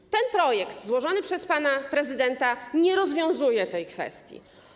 I ten projekt złożony przez pana prezydenta nie rozwiązuje tej kwestii.